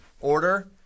Order